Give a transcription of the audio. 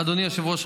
אדוני היושב-ראש,